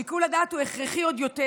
שיקול הדעת הוא הכרחי עוד יותר.